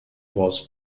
was